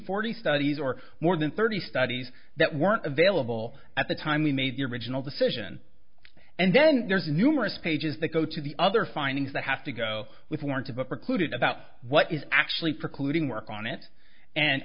forty studies or more than thirty studies that weren't available at the time we made the original decision and then there's numerous pages that go to the other findings that have to go with warrant of a precluded about what is actually precluding work on it and